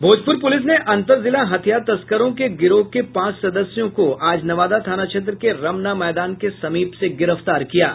Bhojpur police ने अंतरजिला हथियार तस्करों के एक गिरोह के पांच सदस्यों को आज नवादा थाना क्षेत्र के रमना मैदान के समीप से गिरफ्तार किया है